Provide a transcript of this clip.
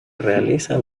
realiza